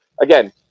Again